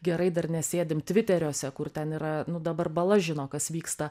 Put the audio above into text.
gerai dar nesėdim tviteriuose kur ten yra nu dabar bala žino kas vyksta